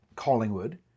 Collingwood